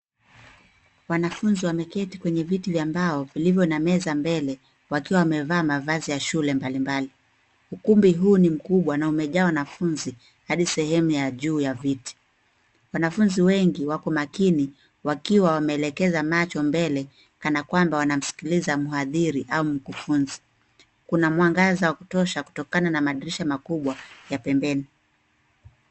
Wanafunzi wameketi kwenye viti vya mbao vilivyo na meza mbele wakiwa wamevaa mavazi ya shule mbalimbali. Ukumbi huu ni mkubwa na umejaa wanafunzi hadi sehemu ya juu ya viti. Wanafunzi wengi wako makini wakiwa wameelekeza macho mbele kana kwamba wanamsikiliza mhadhiri au mkufunzi. Kuna mwangaza wa kutosha kutokana na madirisha makubwa ya pembeni.